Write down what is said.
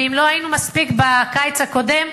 ואם לא היינו מספיק בקיץ הקודם,